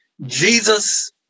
Jesus